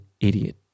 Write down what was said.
idiot